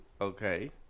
Okay